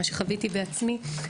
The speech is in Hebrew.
מה שחוויתי בעצמי,